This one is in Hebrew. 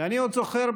אני עוד זוכר,